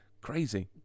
crazy